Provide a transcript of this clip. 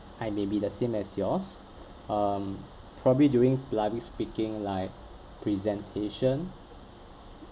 I may be the same as yours um probably during public speaking like presentation